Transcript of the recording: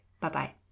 bye-bye